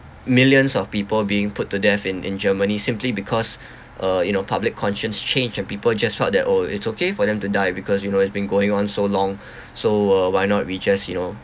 millions of people being put to death in in germany simply because uh you know public conscience changed and people just thought that oh it's okay for them to die because you know it's been going on so long so uh why not we just you know